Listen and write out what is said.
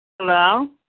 Hello